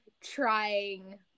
trying